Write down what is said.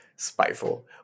spiteful